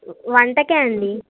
వంటకే అండి